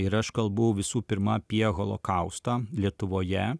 ir aš kalbu visų pirma apie holokaustą lietuvoje